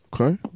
Okay